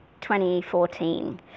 2014